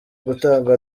gutangwa